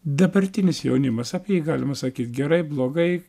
dabartinis jaunimas apie jį galima sakyt gerai blogai